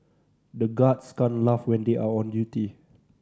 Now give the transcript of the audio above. the guards can't laugh when they are on duty